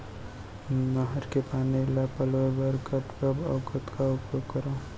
नहर के पानी ल पलोय बर कब कब अऊ कतका उपयोग करंव?